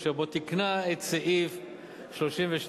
אשר בו תיקנה את סעיף 32(1)